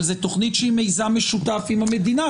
אבל זאת תכנית שהיא מיזם משותף עם המדינה,